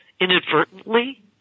inadvertently